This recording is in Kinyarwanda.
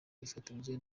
ifatanyije